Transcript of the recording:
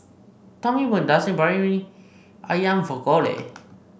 Tommy bought Nasi Briyani ayam for Collie